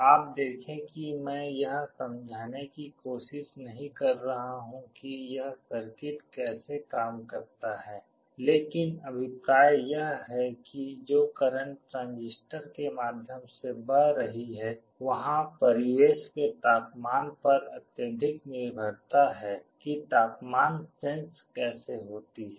आप देखें कि मैं यह समझाने की कोशिश नहीं कर रहा हूं कि यह सर्किट कैसे काम करता है लेकिन अभिप्राय यह है कि जो करंट ट्रांजिस्टर के माध्यम से बह रही हैं वहां परिवेश के तापमान पर अत्यधिक निर्भरता है कि तापमान सेन्स कैसे होती है